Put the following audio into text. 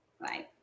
bye